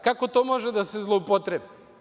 Kako to može da se zloupotrebi?